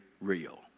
real